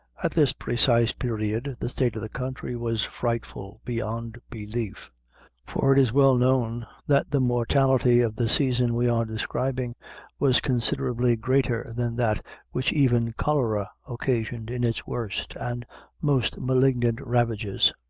at this precise period, the state of the country was frightful beyond belief for it is well known that the mortality of the season we are describing was considerably greater than that which even cholera occasioned in its worst and most malignant ravages.